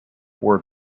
were